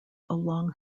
along